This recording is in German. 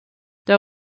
der